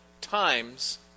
times